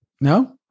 No